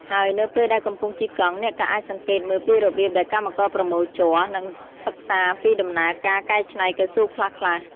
ហើយនៅពេលដែលកំពុងជិះកង់ អ្នកក៏អាចសង្កេតមើលពីរបៀបដែលកម្មករប្រមូលជ័រ និងសិក្សាពីដំណើរការកែច្នៃកៅស៊ូខ្លះៗ។